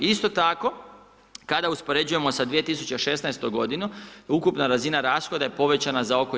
Isto tako kada uspoređujemo sa 2016. godinom, ukupna razina rashoda je povećana za oko 4%